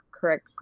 correct